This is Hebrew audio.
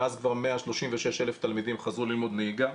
מאז, כבר 136,000 תלמידים חזרו ללמוד נהיגה.